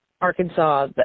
Arkansas